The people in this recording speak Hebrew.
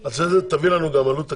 ל --- אז תביא לנו גם עלות תקציבית.